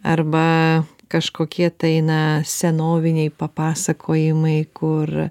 arba kažkokie tai na senoviniai papasakojimai kur